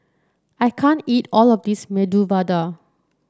I can't eat all of this Medu Vada